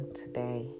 today